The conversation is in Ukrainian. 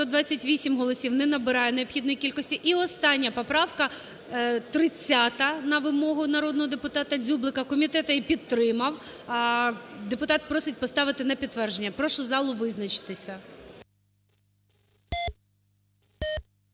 128 голосів, не набирає необхідної кількості. І остання поправка 30-а на вимогу народного депутата Дзюблика. Комітет її підтримав, а депутат просить поставити на підтвердження. Прошу залу визначитися.